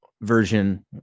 version